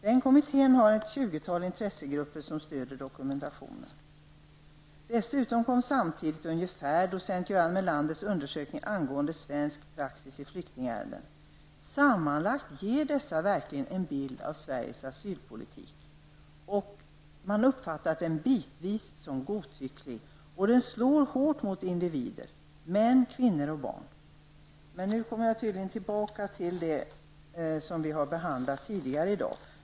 Den kommittén har ett 20-tal intressegrupper som stöder dokumentationen. Ungefär samtidigt kom docent Göran Melanders undersökning angående svensk praxis i flyktingärenden. Sammanlagt ger dessa verkligen en bild av Sveriges asylpolitik. Man uppfattar den bitvis som godtycklig. Den slår hårt mot individer, män, kvinnor och barn. Men nu kommer jag tydligen tillbaka till det som vi har behandlat tidigare i dag.